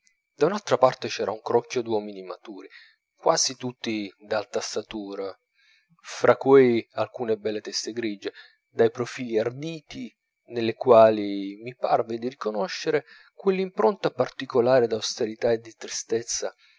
da un'altra parte c'era un crocchio d'uomini maturi quasi tutti d'alta statura fra cui alcune belle teste grigie dai profili arditi nelle quali mi parve di riconoscere quell'impronta particolare d'austerità e di tristezza